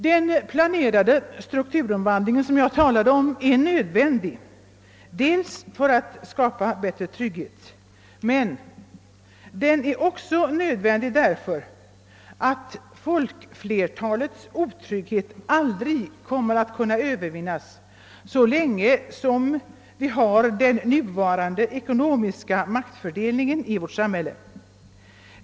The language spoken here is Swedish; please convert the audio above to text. Den planerade strukturomvandlingen som jag talade om är nödvändig för att skapa bättre trygghet, men den är också nödvändig för att folkflertalets otrygghet aldrig kommer att kunna övervinnas så länge vi har den nuvarande ekonomiska maktfördelningen i vårt samhälle.